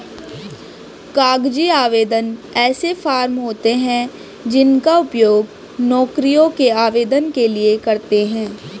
कागजी आवेदन ऐसे फॉर्म होते हैं जिनका उपयोग नौकरियों के आवेदन के लिए करते हैं